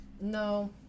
No